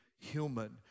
human